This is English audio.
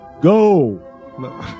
Go